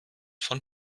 von